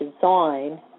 design